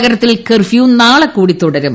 നഗരത്തിൽ കർഫ്യൂ നാളെ കൂടി തുടരും